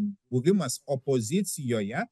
buvimas opozicijoje